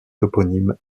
toponyme